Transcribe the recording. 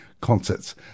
Concerts